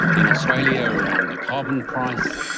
in australia around the carbon price,